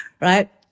right